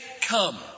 come